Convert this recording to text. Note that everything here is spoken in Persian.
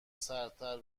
سردتر